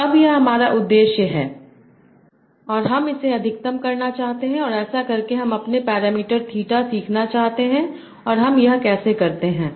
तो अब यह हमारा उद्देश्य है और हम इसे अधिकतम करना चाहते हैं और ऐसा करके हम अपने पैरामीटर थीटा सीखना चाहते हैं और हम यह कैसे करते हैं